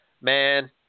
man